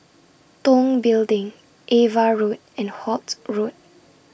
Tong Building AVA Road and Holt Road